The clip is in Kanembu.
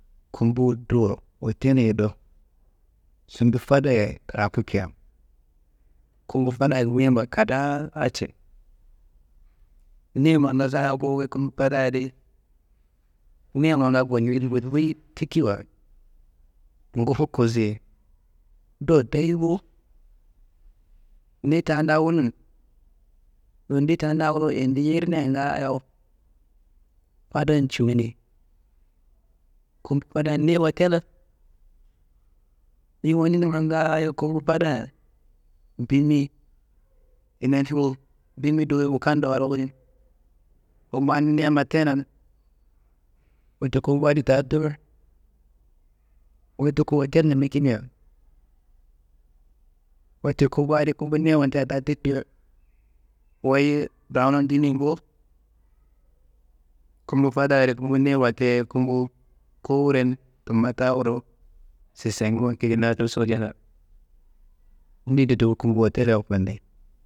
kumbu duwo hotelle do, sumbu fadaya kiraku kea, kumbu fadaya niyima kadaa ce, niyimanga sa wuyi loku kumbu fadayadi niyimanga koniyi wuyi tikiwa ngufu kossuye dowo dayi bowo. Ni taa nda wunun nondi taa nda andi yernea ngaayo fadan cuwune kumbu fadaya niyima tena. Ni wu nunum ngaayo kumbu fadaya bimi bimi dowo yumu kando wala kunin kumba adi niyi tenan. Wette kumbu adi dowo tumu hotellun biki mea, wette kumba adi kumbu niyima tea ti wuyi rawunu duniyi bowo kumbu fadaya kumbu niyima teye kumbu kuwuren tumma ta wurro sesengu aki nadin suwudina ndindo tuku kumbu hotella wukandi.